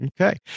Okay